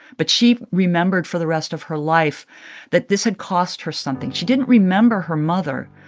but she remembered for the rest of her life that this had cost her something. she didn't remember her mother,